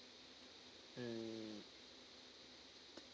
mm